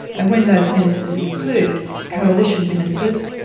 and when those ministers include coalition ministers,